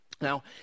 now